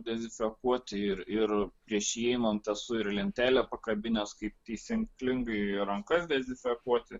dezinfekuoti ir ir prieš įeinant esu ir lentelę pakabinęs kaip taisyklingai rankas dezinfekuoti